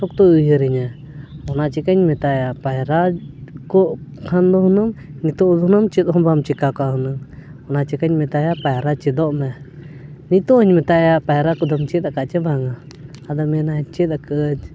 ᱥᱚᱠᱛᱚᱭ ᱩᱭᱦᱟᱹᱨᱤᱧᱟᱹ ᱚᱱᱟ ᱪᱤᱠᱟᱹᱧ ᱢᱮᱛᱟᱭᱟ ᱯᱟᱭᱨᱟ ᱠᱚ ᱠᱷᱟᱱ ᱫᱚ ᱦᱩᱱᱟᱹᱝ ᱱᱤᱛᱳᱜ ᱫᱚ ᱦᱩᱱᱟᱹᱝ ᱪᱮᱫ ᱦᱚᱸ ᱵᱟᱢ ᱪᱤᱠᱟᱹ ᱠᱚᱜᱼᱟ ᱦᱩᱱᱟᱹᱝ ᱚᱱᱟ ᱪᱤᱠᱟᱹᱧ ᱢᱮᱛᱟᱭᱟ ᱯᱟᱭᱨᱟ ᱪᱮᱫᱚᱜ ᱢᱮ ᱱᱤᱛᱳᱜ ᱦᱚᱧ ᱢᱮᱛᱟᱭᱟ ᱯᱟᱭᱨᱟ ᱠᱚᱫᱚᱢ ᱪᱮᱫ ᱟᱠᱟᱫᱟ ᱥᱮ ᱵᱟᱝᱼᱟ ᱟᱫᱚᱭ ᱢᱮᱱᱟ ᱪᱮᱫ ᱠᱟᱜᱼᱟᱹᱧ